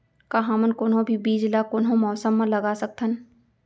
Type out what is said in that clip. का हमन कोनो भी बीज ला कोनो मौसम म लगा सकथन?